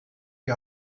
die